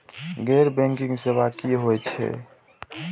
गैर बैंकिंग सेवा की होय छेय?